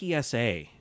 PSA